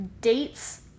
Dates